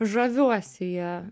žaviuosi ja